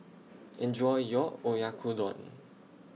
Enjoy your Oyakodon